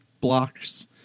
blocks